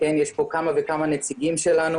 יש כאן כמה וכמה נציגים שלנו.